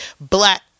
black